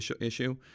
issue